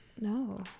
no